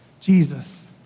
Jesus